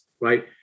right